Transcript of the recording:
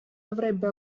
avrebbe